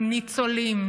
לניצולים,